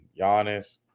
Giannis